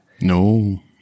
no